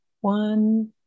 one